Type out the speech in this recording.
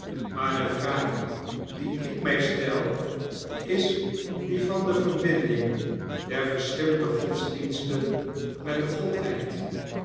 maar de vraag die ik mij stel is die van de verbinding der verschillende godsdiensten met de godheid